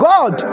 God